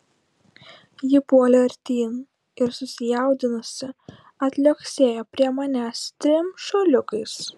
ji puolė artyn ir susijaudinusi atliuoksėjo prie manęs trim šuoliukais